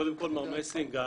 קודם כל, מר מסינג,